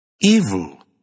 Evil